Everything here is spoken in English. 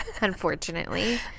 Unfortunately